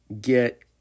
get